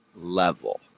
level